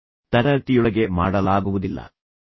ಇದನ್ನು ತರಗತಿಯೊಳಗೆ ಮಾಡಲಾಗುವುದಿಲ್ಲ ತರಗತಿಯ ಹೊರಗೆ ಮಾಡಲಾಗುತ್ತದೆ